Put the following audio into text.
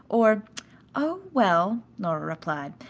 or oh, well, nora replied,